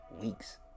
weeks